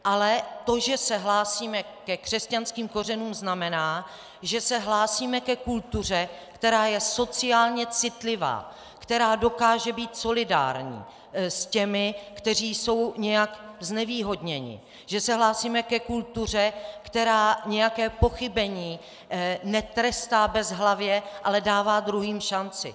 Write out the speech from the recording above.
Ale to, že se hlásíme ke křesťanským kořenům, znamená, že se hlásíme ke kultuře, která je sociálně citlivá, která dokáže být solidární s těmi, kteří jsou nějak znevýhodněni, že se hlásíme ke kultuře, která nějaké pochybení netrestá bezhlavě, ale dává druhým šanci.